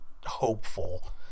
hopeful